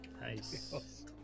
Nice